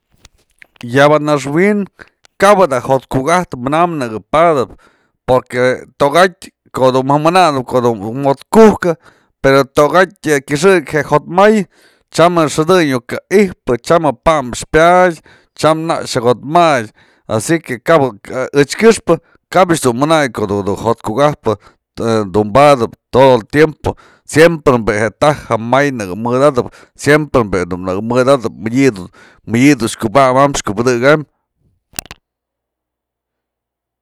yaba naxwin kap ada jo'ot kuka'atë mana nëkë badëp porque tokatyë ko'o dun ja mananëp ko'o du jotku'ukë pero tokatyë je kyëxëk je jotmay tyam je xëdëny yuk ka i'ijpä, tyam je pa'am pyadë, tyam nak xak jo'otmatë, asi que kabë ech kyëxpë kap dun mananyë ko'o du jo'ot kuka'atëdu badëp todo el tiempo siemprem je bi'i je taj jë may naka mëdatëp, siemprem bi'i nëkë mëdatëp mëdyë dun kyubabam kyubëdekam.